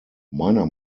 meiner